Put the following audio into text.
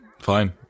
Fine